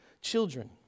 children